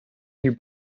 new